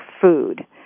food